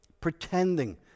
pretending